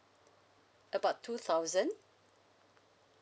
about two thousand